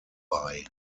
bei